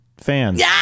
Fans